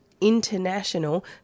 International